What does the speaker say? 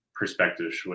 perspective